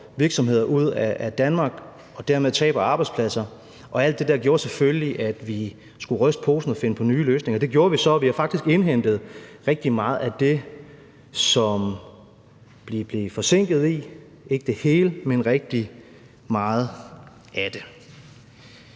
virksomheder ud af Danmark, så vi dermed taber arbejdspladser. Og alt det gjorde selvfølgelig, at vi skulle ryste posen og finde på nye løsninger. Det gjorde vi så, og vi har faktisk indhentet rigtig meget af det, som vi blev forsinket med – ikke det hele, men rigtig meget af det.